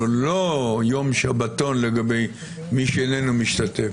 אבל הוא לא יום שבתון לגבי מי שאיננו משתתף.